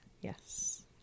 Yes